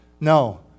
No